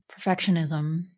Perfectionism